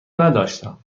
نداشتم